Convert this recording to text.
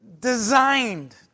designed